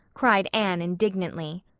cried anne indignantly.